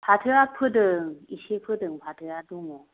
फाथोया फोदों एसे फोदों फाथोया दङ